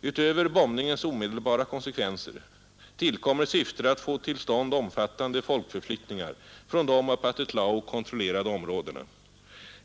Utöver bombningens omedelbara konsekvenser tillkommer syftet att få till stånd de omfattande folkförflyttningarna från de av Pathet Lao kontrollerade områdena.